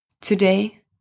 Today